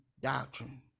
doctrine